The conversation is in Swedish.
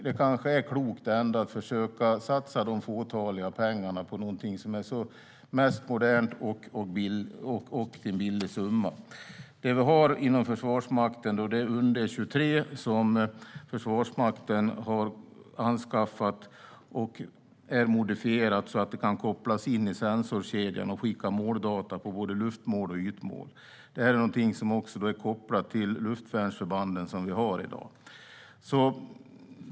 Det kanske ändå är klokt att försöka satsa de fåtaliga pengarna på något som är det mest moderna till en billig summa. Det vi har inom Försvarsmakten är UndE 23, som Försvarsmakten har anskaffat och som är modifierat så att det kan kopplas in i sensorkedjan och skicka måldata på både luftmål och ytmål. Det här är någonting som också är kopplat till luftvärnsförbanden som vi har i dag.